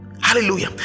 hallelujah